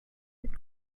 mit